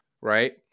right